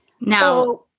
Now